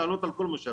צריך